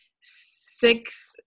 six